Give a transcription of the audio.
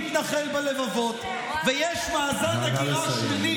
מסתבר שלא הצלחתם להתנחל בלבבות, ויש מאזן הגירה,